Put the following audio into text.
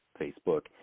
Facebook